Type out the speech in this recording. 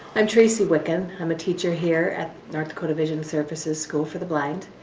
i'm tracy wicken. i'm a teacher here at north dakota vision services school for the blind.